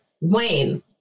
Wayne